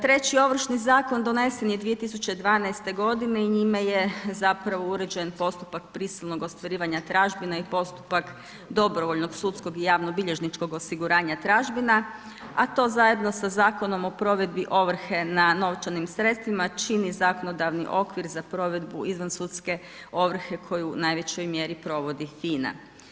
Treći Ovršni zakon donesen je 2012. godine i njime je uređen postupak prisilnog ostvarivanja tražbina i postupak dobrovoljnog sudskog i javnobilježničkog osiguranja tražbina, a to zajedno sa Zakonom o provedbi ovrhe na novčanim sredstvima čini zakonodavni okvir za provedbu izvansudske ovrhe koju u najvećoj mjeri provodi FINA.